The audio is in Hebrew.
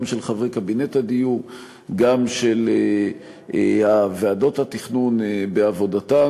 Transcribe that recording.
גם של חברי קבינט הדיור וגם של ועדות התכנון בעבודתן,